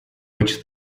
which